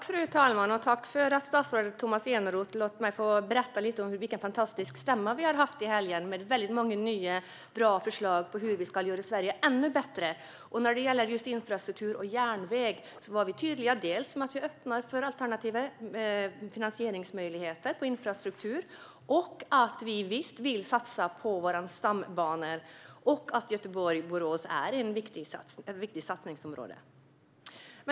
Fru talman! Tack för att statsrådet Tomas Eneroth låter mig berätta om den fantastiska stämma som vi har haft i helgen med väldigt många nya bra förslag till hur vi ska göra Sverige ännu bättre. När det gäller infrastruktur och järnväg var vi tydliga med att vi öppnar för alternativa finansieringsmöjligheter, med att vi vill satsa på våra stambanor och med att Göteborg-Borås är en viktig satsning.